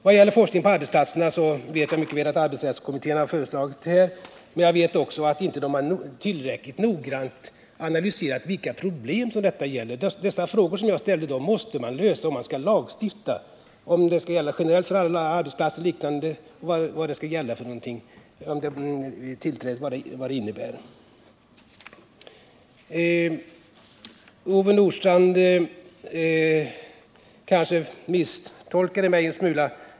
Vad gäller forskning på arbetsplatserna vet jag mycket väl vad arbetsrättskommittén har föreslagit, men jag vet också att man inte tillräckligt noggrant analyserat vilka problem som detta för med sig. De frågor som jag ställde måste man klara ut, om man skall lagstifta. Man måste ha klart för sig om det skall vara generella regler för alla arbetsplatser och vad tillträde skall innebära. Ove Nordstrandh kanske misstolkade mig en smula.